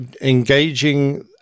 engaging